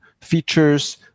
features